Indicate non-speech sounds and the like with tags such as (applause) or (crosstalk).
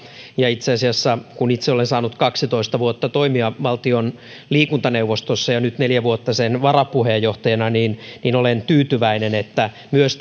ja itse asiassa kun itse olen saanut kaksitoista vuotta toimia valtion liikuntaneuvostossa ja nyt neljä vuotta sen varapuheenjohtajana olen tyytyväinen että myös (unintelligible)